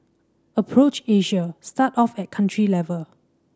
approach Asia start off at country level